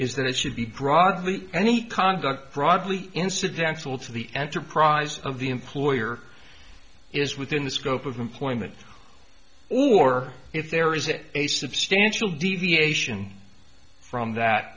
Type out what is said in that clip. is that it should be broadly any conduct broadly incidental to the enterprise of the employer is within the scope of employment or if there is a substantial deviation from that